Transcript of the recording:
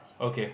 okay